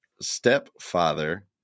stepfather